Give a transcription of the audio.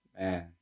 Man